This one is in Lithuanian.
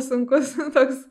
sunkus toks